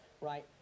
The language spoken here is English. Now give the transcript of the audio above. right